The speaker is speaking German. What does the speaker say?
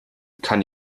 kann